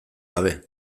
gabe